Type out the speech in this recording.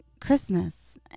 Christmas